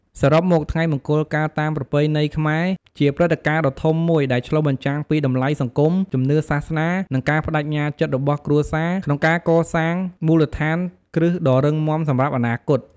សរុបមក ថ្ងៃមង្គលការតាមប្រពៃណីខ្មែរ ជាព្រឹត្តិការណ៍ដ៏ធំមួយដែលឆ្លុះបញ្ចាំងពីតម្លៃសង្គម ជំនឿសាសនា និងការប្តេជ្ញាចិត្តរបស់គ្រួសារក្នុងការកសាងមូលដ្ឋានគ្រឹះដ៏រឹងមាំសម្រាប់អនាគត។